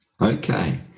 Okay